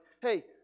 hey